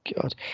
god